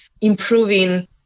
improving